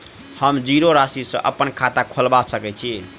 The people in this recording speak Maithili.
हम जीरो राशि सँ अप्पन खाता खोलबा सकै छी?